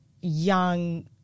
young